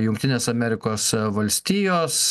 jungtinės amerikos valstijos